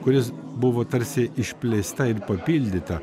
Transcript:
kuris buvo tarsi išplėsta ir papildyta